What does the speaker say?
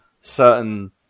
certain